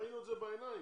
ושראינו בעיניים.